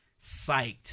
psyched